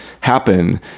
happen